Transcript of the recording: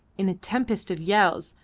in a tempest of yells,